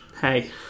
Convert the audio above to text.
Hey